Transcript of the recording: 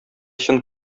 чын